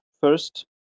first